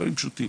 דברים פשוטים